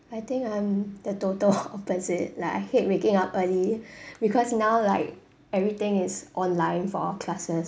I think I'm the total opposite like I hate waking up early because now like everything is online for our classes